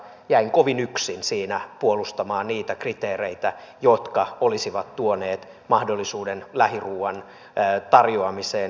jäin kovin yksin siinä puolustamaan niitä kriteereitä jotka olisivat tuoneet mahdollisuuden lähiruoan tarjoamiseen